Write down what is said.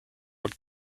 old